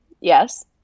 Yes